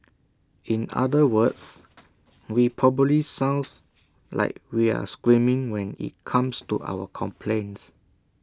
in other words we probably sound like we're screaming when IT comes to our complaints